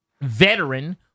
veteran